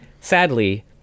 Sadly